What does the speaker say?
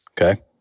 Okay